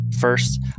First